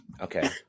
Okay